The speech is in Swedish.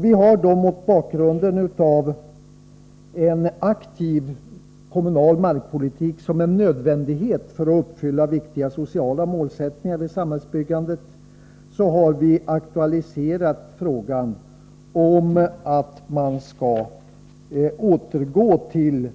Vi har mot bakgrund av en aktiv kommunal markpolitik, som är en nödvändighet för att uppfylla viktiga sociala målsättningar i samhällsbyggandet, aktualiserat frågan om att man skall återgå till